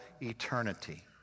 eternity